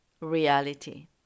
reality